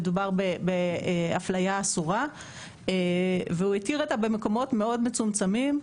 מדובר באפליה אסורה והוא התיר אותה במקומות מאוד מצומצמים,